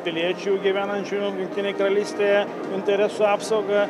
piliečių gyvenančių jungtinėj karalystėje interesų apsauga